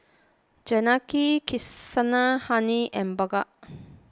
Janaki Kasinadhuni and Bhagat